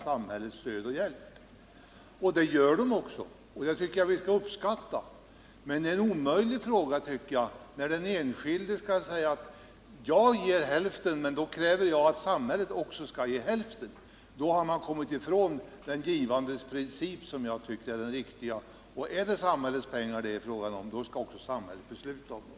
Jag tycker dock att det är orimligt att den enskilde för att ge sitt bidrag skall kräva att samhället ger en motsvarande del. Under sådana förhållandena har man gått ifrån den givandets princip som också jag tycker är den riktiga. Om det gäller att använda samhällets pengar, skall samhället också besluta om till vilka ändamål de skall gå.